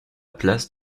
place